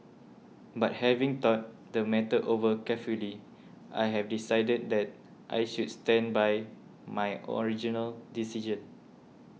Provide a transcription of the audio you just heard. but having thought the matter over carefully I have decided that I should stand by my original decision